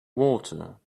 water